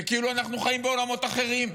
זה כאילו אנחנו חיים בעולמות אחרים.